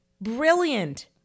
Brilliant